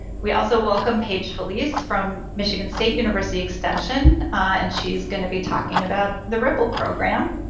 we also welcome paige felice from michigan state university extension and she's going to be talking about the rippled program,